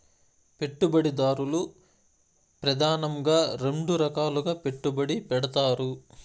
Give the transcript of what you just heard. పెట్టుబడిదారులు ప్రెదానంగా రెండు రకాలుగా పెట్టుబడి పెడతారు